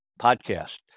podcast